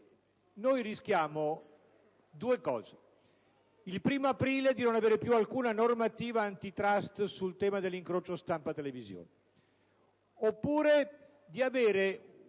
Noi rischiamo due cose: che il 1° aprile non vi sia più alcuna normativa *antitrust* sul tema dell'incrocio stampa‑televisione,